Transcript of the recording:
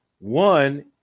one